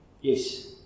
Yes